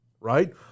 right